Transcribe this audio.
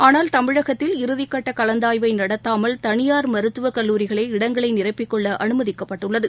ஆனால் தமிழகத்தில் இறுதிகட்ட கலந்தாய்வை நடத்தாமல் தனியார் மருத்துவ கல்லூரிகளே இடங்களை நிரப்பிக்கொள்ள அனுமதிக்கப்பட்டுள்ளது